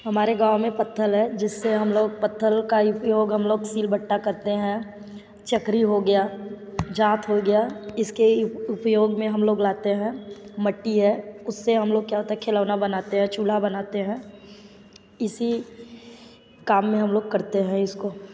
हमारे गाव में पत्थर है जिससे हम लोग पत्थर का उपयोग हम लोग सिल बत्ता करते हैं चकरी हो गया जात हो गया इसके उपयोग में हम लोग लाते हैं मट्टी है उससे हम लोग क्या होता है खिलौना बनाते है चूल्हा बनाते हैं इसी काम में हम लोग करते हैं इस को